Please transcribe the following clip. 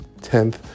10th